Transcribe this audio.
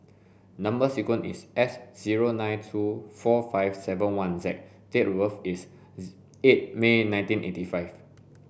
number sequence is S zero nine two four five seven one Z and date of birth is eight May nineteen eighty five